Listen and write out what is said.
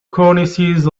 cornices